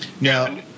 Now